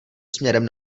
směrem